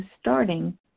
starting